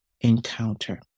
encounter